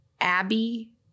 Abby